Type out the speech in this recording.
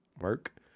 work